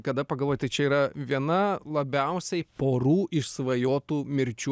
kada pagalvoji tai čia yra viena labiausiai porų išsvajotų mirčių